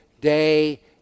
day